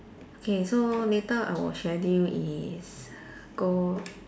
okay so later our schedule is go